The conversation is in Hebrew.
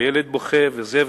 והילד בוכה וזה.